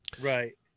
Right